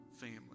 family